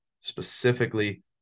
specifically